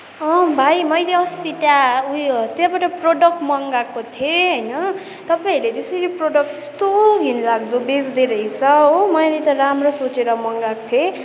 भाइ मैले अस्ति त्यहाँ उयो त्यहाँबाट प्रडक्ट मगाएको थिएँ होइन तपाईँहरूले त्यसरी प्रडक्ट्स कस्तो घिनलाग्दो बेच्दोरहेछ हो मैले त राम्रो सोचेर मगाएको थिएँ